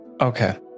okay